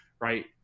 right